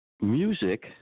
music